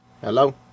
Hello